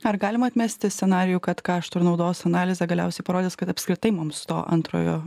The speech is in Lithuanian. ar galima atmesti scenarijų kad kaštų ir naudos analizė galiausiai parodys kad apskritai mums to antrojo